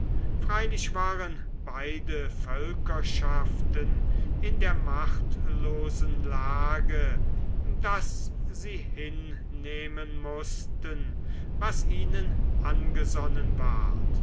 freilich waren beide völkerschaften in der machtlosen lage daß sie hinnehmen mußten was ihnen angesonnen ward